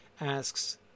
asks